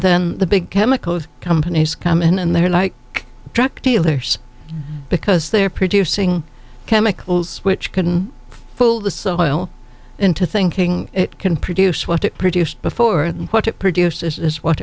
then the big chemical companies come in and they're like truck dealers because they're producing chemicals which can pull the saw oil into thinking it can produce what it produced before then what it produces is what